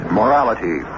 morality